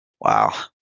wow